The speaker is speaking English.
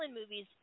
movies